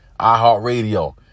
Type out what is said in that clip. iHeartRadio